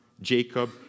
Jacob